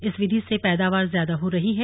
इस विधि से पैदावार ज्यादा हो रही है